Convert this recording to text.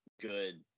good